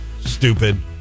Stupid